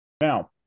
Now